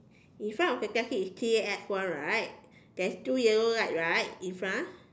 in front of the taxi is T A X one right there is two yellow light right in front